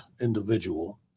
individual